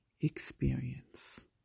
experience